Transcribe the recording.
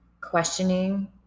questioning